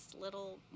little